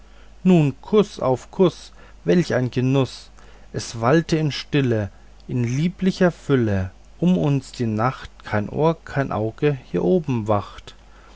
nun kuß auf kuß welch ein genuß es waltet in stille in lieblicher fülle um uns die nacht kein ohr kein auge hier oben wacht